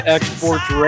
Exports